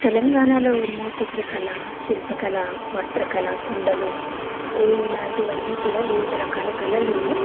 తెలంగాణలో ఉన్న చిత్రకళ శిల్పకళ వస్త్రకళ కుండలు ఇలాంటివన్నీ కూడా వివిధ రకాల కళలు